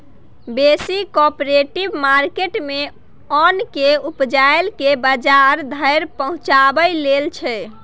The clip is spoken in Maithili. बेसी कॉपरेटिव मार्केट मे ओन केँ उपजाए केँ बजार धरि पहुँचेबाक लेल छै